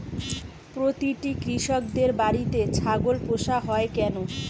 প্রতিটি কৃষকদের বাড়িতে ছাগল পোষা হয় কেন?